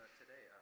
today